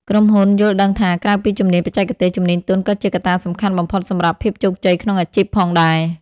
ក្រុមហ៊ុនយល់ដឹងថា ក្រៅពីជំនាញបច្ចេកទេស ជំនាញទន់ក៏ជាកត្តាសំខាន់បំផុតសម្រាប់ភាពជោគជ័យក្នុងអាជីពផងដែរ។